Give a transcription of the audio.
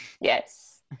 Yes